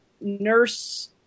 Nurse